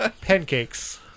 pancakes